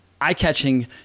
eye-catching